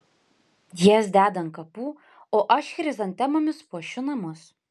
jas deda ant kapų o aš chrizantemomis puošiu namus